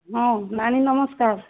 ହଁ ନାନୀ ନମସ୍କାର